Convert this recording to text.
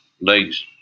legs